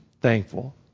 thankful